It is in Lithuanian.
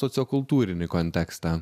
sociokultūrinį kontekstą